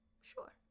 Sure